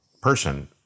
person